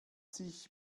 sich